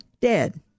Dead